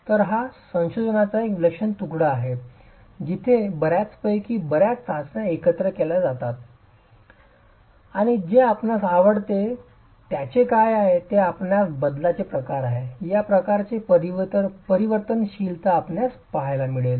तर हा संशोधनाचा एक विलक्षण तुकडा आहे जिथे यापैकी बर्याच चाचण्या एकत्र केल्या गेल्या आहेत आणि जे आपणास आवडते त्याचे काय आहे ते आपणास बदलण्याचे प्रकार आहे त्या प्रकारचे परिवर्तनशीलता आपणास मिळेल